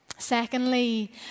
Secondly